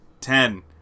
ten